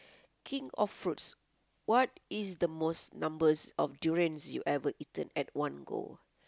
king of fruits what is the most numbers of durians you ever eaten at one go